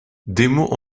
démo